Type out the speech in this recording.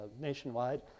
nationwide